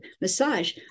massage